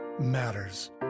matters